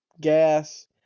Gas